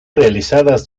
realizadas